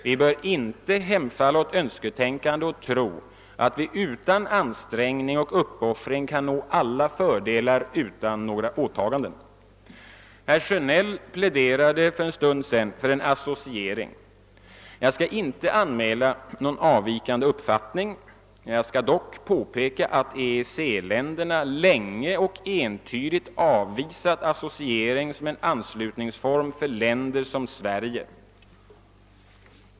Vi bör inte hemfalla åt önsketänkande och tro att vi utan ansträngning och uppoffring kan nå alla fördelar utan några åtaganden. Herr Sjönell pläderade för en stund sedan för en svensk associering. Jag skall inte anmäla någon avvikande uppfattning, men jag skall ändå påpeka att EEC-länderna länge och entydigt avvisat associering som en anslutningsform för länder som Sverige.